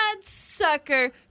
sucker